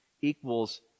equals